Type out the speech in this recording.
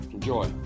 Enjoy